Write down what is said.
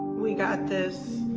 we got this.